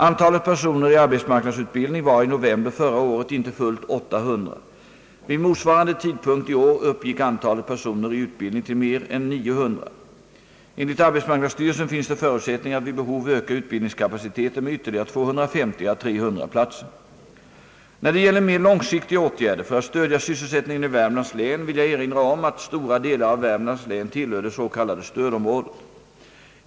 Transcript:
Antalet personer i arbetsmarknadsutbildning var i november förra året inte fullt 800. Vid moisvarande tidpunkt i år uppgick antalet personer i utbildning till mer än 900. Enligt arbetsmarknadsstyrelsen finns det förutsättningar att vid behov öka utbildningskapaciteten med ytterligare 250 å 300 platser. När det gäller mer långsiktiga åtgärder för att stödja sysselsättningen ilänet vill jag erinra om att stora delar av Värmlands län tillhör det s.k. stödområdet.